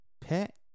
pet